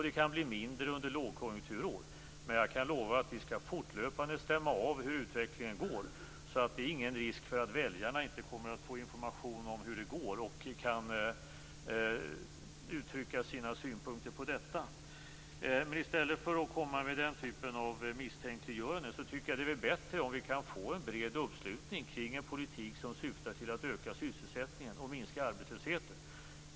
Det kan bli mindre under lågkonjunkturår, men jag kan lova att vi fortlöpande skall stämma av hur utvecklingen går. Så det är ingen risk att väljarna inte kommer att få information om hur det går för att kunna uttrycka sina synpunkter på det. I stället för att komma med den typen av misstänkliggöranden tycker jag att det är bättre om vi kan få en bred uppslutning kring en politik som syftar till att öka sysselsättningen och minska arbetslösheten.